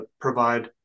provide